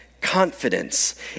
confidence